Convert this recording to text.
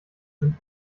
sind